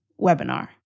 webinar